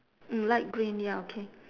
mm light green ya okay